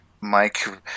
Mike